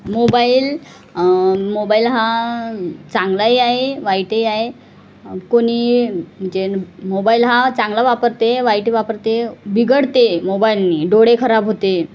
mobile mobile हा चांगलाही आहे वाईटही आहे कोणी म्हणजे मोबाईल हा चांगला वापरते वाईट वापरते बिघडते मोबाईलने डोळे खराब होते